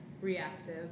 reactive